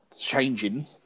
changing